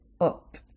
up